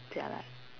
jialat